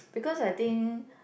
because I think